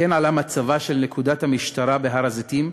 עלה גם מצבה של נקודת המשטרה בהר-הזיתים.